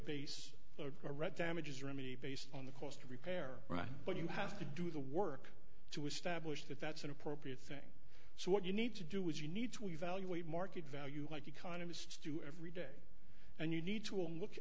base a red damages remedy based on the cost of repair but you have to do the work to establish that that's an appropriate thing so what you need to do is you need to evaluate market value like economists do every day and you need to look